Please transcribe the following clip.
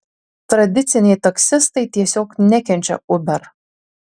tradiciniai taksistai tiesiog nekenčia uber